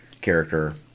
character